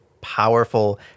powerful